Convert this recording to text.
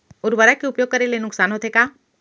उर्वरक के उपयोग करे ले नुकसान होथे का?